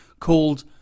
called